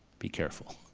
be careful.